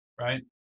right